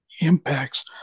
impacts